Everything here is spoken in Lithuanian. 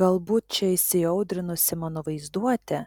galbūt čia įsiaudrinusi mano vaizduotė